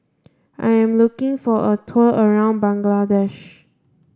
I am looking for a tour around Bangladesh